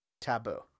taboo